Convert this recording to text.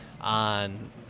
on